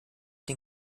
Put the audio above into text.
den